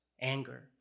anger